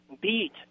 beat